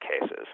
cases